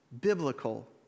biblical